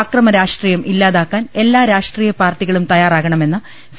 അക്രമരാഷ്ട്രീയം ഇല്ലാതാക്കാൻ എല്ലാരാഷ്ട്രീയപാർട്ടികളും തയ്യാറാകണമെന്ന് സി